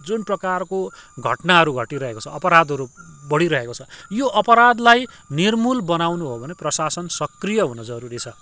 जुन प्रकारको घटनाहरू घटिरहेको छ अपराधहरू बढिरहेको छ यो अपराधलाई निर्मुल बनाउनु हो भने प्रशासन सक्रिय हुनु जरुरी छ